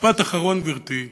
משפט אחרון, גברתי: